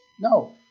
No